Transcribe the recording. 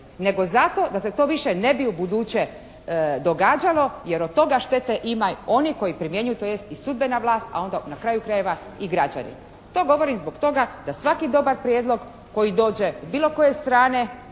nego zato da se to više ne bi ubuduće događalo jer od toga štete imaju oni koji primjenjuju tj. i sudbena vlast a onda na kraju krajeva i građani. To govorim zbog toga da svaki dobar prijedlog koji dođe bilo koje strane